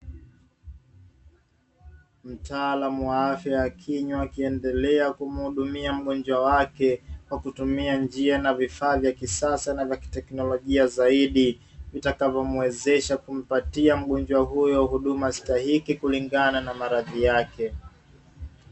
Mtaalamu wa afya ya kinywa akiendelea kumuhudumia mgonjwa wake kwa kutumia njia na vifaa vya kisasa na vya kiteknolojia zaidi, vitakavyomwezesha kumpatia mgonjwa huyo huduma stahiki kulingana na maradhi yake.